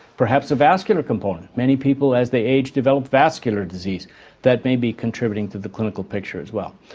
perhaps a vascular component. many people as they age develop vascular disease that may be contributing to the clinical picture as well.